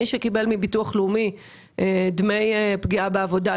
מי שקיבל מביטוח לאומי דמי פגיעה בעבודה,